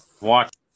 watch